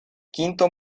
quinto